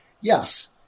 Yes